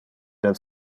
del